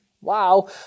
wow